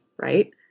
right